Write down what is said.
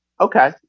Okay